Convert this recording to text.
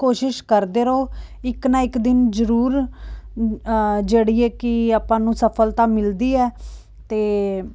ਕੋਸ਼ਿਸ਼ ਕਰਦੇ ਰਹੋ ਇੱਕ ਨਾ ਇੱਕ ਦਿਨ ਜ਼ਰੂਰ ਜਿਹੜੀ ਹੈ ਕਿ ਆਪਾਂ ਨੂੰ ਸਫਲਤਾ ਮਿਲਦੀ ਹੈ ਅਤੇ